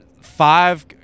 five